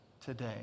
today